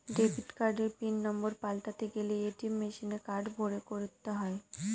debit কার্ডের pin number পাল্টাতে গেলে এ.টি.এম মেশিনে কার্ড ভোরে করতে হয়